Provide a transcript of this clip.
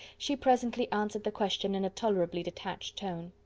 she presently answered the question in a tolerably detached tone.